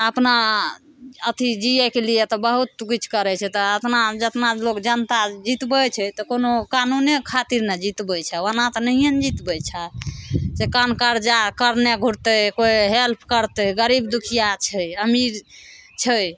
अपना अथी जियैके लिए तऽ बहुत किछु करै छै तऽ अतना जतना लोग जनता जितबै छै तऽ कोनो कानुने खातिर ने जितबै छै ओना तऽ नहिये ने जितबै छै जे काम कर्जा करने घुरतै कोइ हेल्प करतै गरीब दुखिया छै अमीर छै